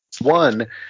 One